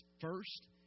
first